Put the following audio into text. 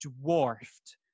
dwarfed